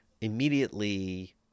immediately